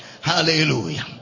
Hallelujah